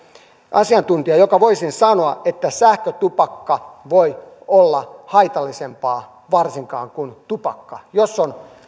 asiantuntija joka voisi sanoa että sähkötupakka voi olla haitallisempaa varsinkaan kuin tupakka jos se on